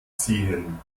ziehen